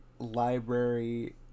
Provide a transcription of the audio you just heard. library